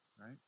right